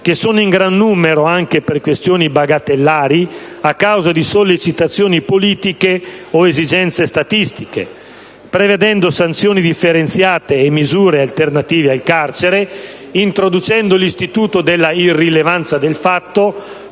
che sono in gran numero anche per questioni bagatellari, a causa di sollecitazioni politiche o esigenze statistiche; prevedendo sanzioni differenziate e misure alternative al carcere; introducendo l'istituto della irrilevanza del fatto;